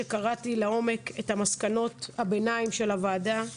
שקראתי לעומק את מסקנות הביניים של הוועדה.